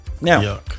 Now